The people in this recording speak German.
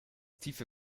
tiefe